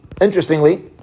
interestingly